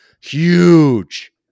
huge